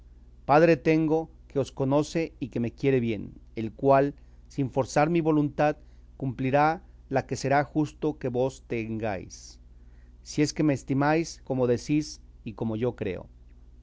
padre tengo que os conoce y que me quiere bien el cual sin forzar mi voluntad cumplirá la que será justo que vos tengáis si es que me estimáis como decís y como yo creo